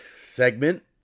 segment